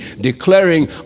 Declaring